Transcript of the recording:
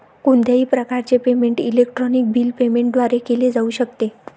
कोणत्याही प्रकारचे payment electronic bill payment द्वारे केले जाऊ शकते